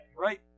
right